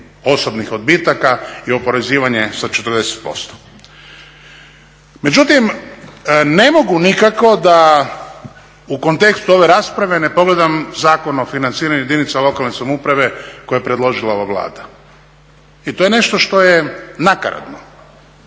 osobnih odbitaka i oporezivanje sa 40% Međutim, ne mogu nikako da u kontekstu ove rasprave ne pogledam Zakon o financiranju jedinica lokalne samouprave koji je predložila ova Vlada i to je nešto što je nakaradno.